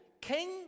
King